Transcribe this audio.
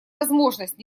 возможность